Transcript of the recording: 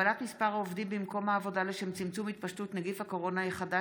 הגבלת ניכוי דמי חבר ודמי טיפול מקצועי ארגוני),